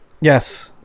yes